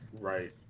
Right